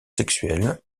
sexuel